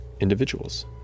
individuals